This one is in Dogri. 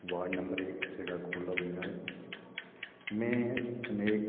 बार्ड नम्बर इक सिडा खोरला पचांयत में